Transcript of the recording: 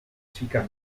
chica